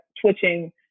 twitching